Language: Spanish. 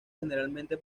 generalmente